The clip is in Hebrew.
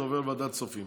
זה עובר לוועדת הכספים.